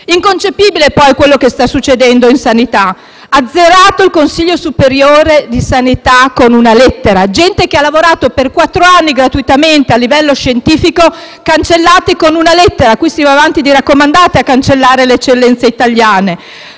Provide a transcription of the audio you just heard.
Inconcepibile, poi, quello che sta succedendo in sanità: azzerato il Consiglio superiore di sanità con una lettera. Si tratta di gente che ha lavorato per quattro anni gratuitamente a livello scientifico: cancellati con una lettera. Qui si procede a raccomandate per cancellare le eccellenze italiane.